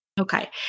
Okay